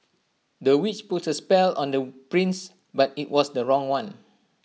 the witch put A spell on the prince but IT was the wrong one